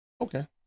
Okay